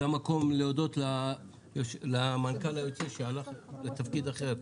זה המקום להודות למנכ"ל היוצא שהלך לתפקיד אחר,